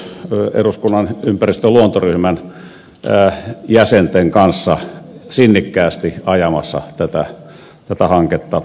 hän on myöskin ollut eduskunnan ympäristö ja luontoryhmän jäsenten kanssa sinnikkäästi ajamassa tätä hanketta eteenpäin